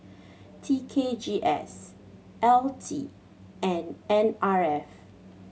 T K G S L T and N R F